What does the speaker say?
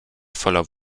voller